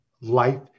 life